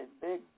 big